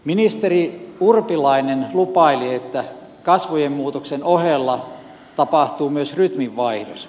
ministeri urpilainen lupaili että kasvojen muutoksen ohella tapahtuu myös rytminvaihdos